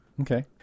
Okay